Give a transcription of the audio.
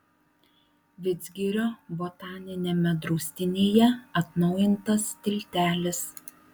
vidzgirio botaniniame draustinyje atnaujintas tiltelis